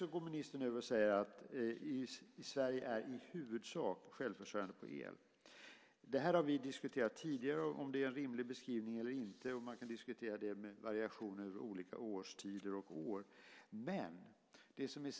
Ministern säger i sitt svar att Sverige i huvudsak är självförsörjande på el. Om det är en rimlig beskrivning eller inte har vi diskuterat tidigare, och man kan även diskutera frågan vad gäller variationer över årstider och år.